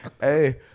hey